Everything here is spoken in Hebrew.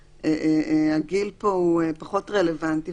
הגיל פה הוא פחות רלוונטי,